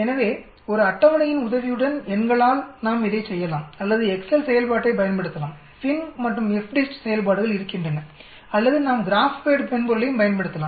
எனவே ஒரு அட்டவணையின் உதவியுடன் எண்களால்நாம் இதைச் செய்யலாம் அல்லது எக்செல் செயல்பாட்டைப் பயன்படுத்தலாம்FINV மற்றும் FDIST செயல்பாடுகள் இருக்கின்றன அல்லது நாம் கிராப் பேட் மென்பொருளையும் பயன்படுத்தலாம்